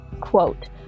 quote